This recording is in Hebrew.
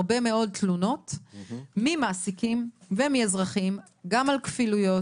הרבה מאוד תלונות ממעסיקים ומאזרחים גם על כפילויות